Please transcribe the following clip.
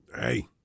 Hey